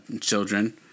children